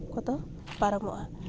ᱠᱚᱫᱚ ᱯᱟᱨᱚᱢᱚᱜᱼᱟ